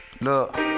Look